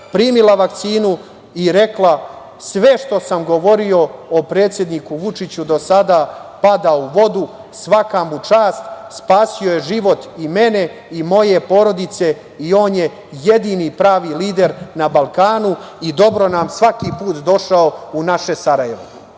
primila vakcinu i rekla sve što sam govorio o predsedniku Vučiću do sada pada u vodu, svaka mu čast, spasio je život moj i moje porodice. On je jedini pravi lider. Dobro nam svaki put došao u naše Sarajevo. Toliko